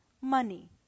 money